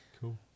Cool